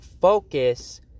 focus